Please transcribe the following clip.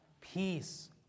Peace